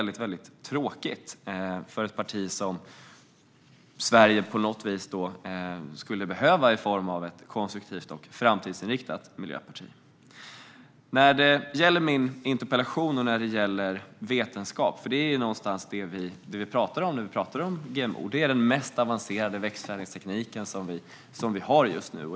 Det är tråkigt för ett parti som Sverige på något vis skulle behöva som ett konstruktivt och framtidsinriktat miljöparti. När vi talar om GMO talar vi om vetenskap. Det är den mest avancerade växtförädlingsteknik vi har just nu.